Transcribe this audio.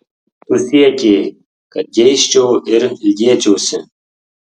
tu siekei kad geisčiau ir ilgėčiausi